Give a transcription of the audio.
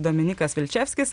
dominikas vilčevskis